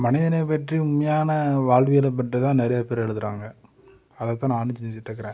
மனிதனை பற்றி உண்மையான வாழ்வியலை பற்றிதான் நிறையாபேர் எழுதுறாங்க அதைத்தான் நானும் செஞ்சிகிட்ருக்குறேன்